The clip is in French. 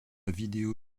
vidéo